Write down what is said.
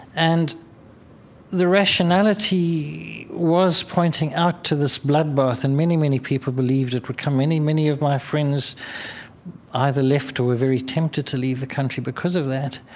and the rationality was pointing out to this bloodbath. and many, many people believed it would come. many, many of my friends either left or were very tempted to leave the country because of that.